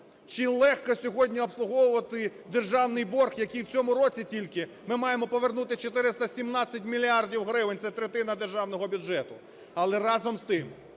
Чи легко сьогодні обслуговувати державний борг, який в цьому році тільки ми маємо повернути 417 мільярдів гривень – це третина державного бюджету? Але, разом з тим,